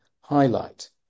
highlight